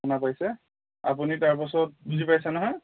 শুনা পাইছে আপুনি তাৰপাছত বুজি পাইছে নহয়